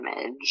image